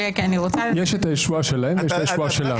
למרות שיש אנשים הזויים שטוענים אחרת.